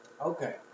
Okay